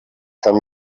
kann